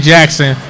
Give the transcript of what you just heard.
Jackson